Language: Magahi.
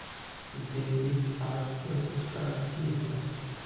डेबिट आर क्रेडिट कार्ड की होय?